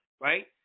Right